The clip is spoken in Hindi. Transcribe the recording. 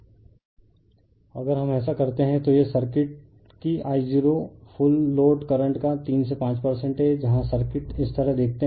रिफर स्लाइड टाइम 3048 अगर हम ऐसा करते हैं तो यह सर्किट कि I0 फुल लोड करंट का 3 से 5 परसेंट है जहां सर्किट इस तरह दिखते हैं